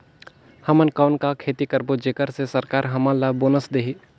हमन कौन का खेती करबो जेकर से सरकार हमन ला बोनस देही?